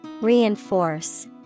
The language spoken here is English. Reinforce